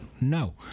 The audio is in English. No